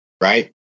right